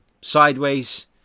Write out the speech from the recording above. sideways